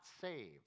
saved